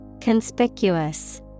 Conspicuous